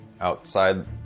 outside